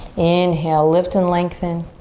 inhale, lift and lengthen.